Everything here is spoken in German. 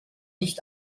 nicht